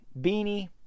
beanie